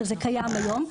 כאשר זה קיים היום.